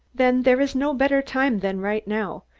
then there is no better time than right now,